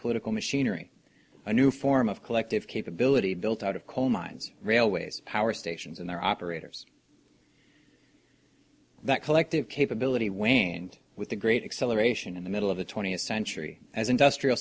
political machinery a new form of collective capability built out of coal mines railways power stations and their operators that collective capability waned with the great acceleration in the middle of the twentieth century as industrial